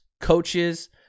coaches